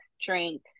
drink